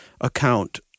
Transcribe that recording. account